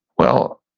well,